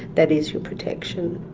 that is your protection.